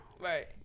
right